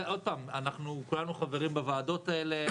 אנחנו כולנו חברים בוועדות האלה.